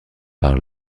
par